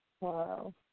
Wow